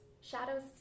shadows